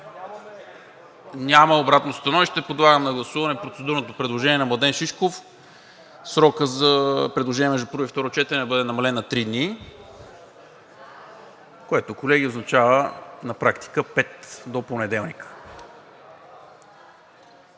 има ли? Няма. Подлагам на гласуване процедурното предложение на Младен Шишков срокът за предложения между първо и второ четене да бъде намален на три дни, което, колеги, означава на практика пет – до понеделника.